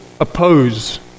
oppose